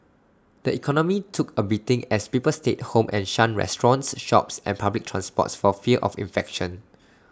the economy took A beating as people stayed home and shunned restaurants shops and public transport for fear of infection